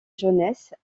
jeunesse